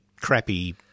crappy